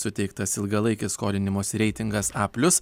suteiktas ilgalaikis skolinimosi reitingas a plius